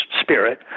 spirit